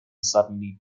suddenly